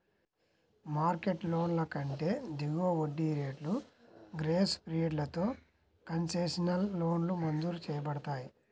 market లోన్ల కంటే దిగువ వడ్డీ రేట్లు, గ్రేస్ పీరియడ్లతో కన్సెషనల్ లోన్లు మంజూరు చేయబడతాయి